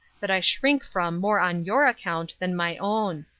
that i shrink from more on your account than my own.